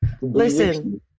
Listen